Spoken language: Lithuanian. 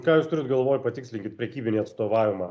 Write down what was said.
ką jūs turit galvoj patikslinkit prekybinį atstovavimą